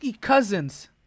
Cousins